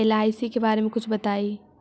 LIC के बारे मे कुछ बताई?